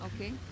okay